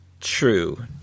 true